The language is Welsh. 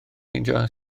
meindio